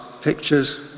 pictures